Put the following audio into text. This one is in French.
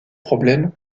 problèmes